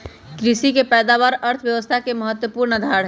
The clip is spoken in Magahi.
कृषि के पैदावार अर्थव्यवस्था के महत्वपूर्ण आधार हई